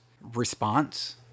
response